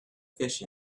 fish